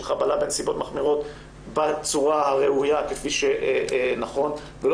חבלה בנסיבות מחמירות בצורה הראויה כפי שנכון ולא